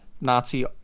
Nazi